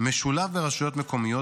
משולב ברשויות המקומיות,